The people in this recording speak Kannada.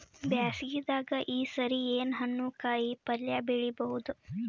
ಬ್ಯಾಸಗಿ ದಾಗ ಈ ಸರಿ ಏನ್ ಹಣ್ಣು, ಕಾಯಿ ಪಲ್ಯ ಬೆಳಿ ಬಹುದ?